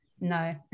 no